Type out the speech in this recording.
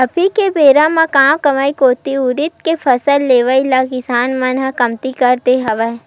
अभी के बेरा म गाँव गंवई कोती उरिद के फसल लेवई ल किसान मन ह कमती कर दे हवय